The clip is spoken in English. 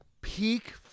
peak